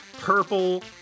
purple